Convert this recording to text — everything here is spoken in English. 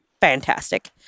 fantastic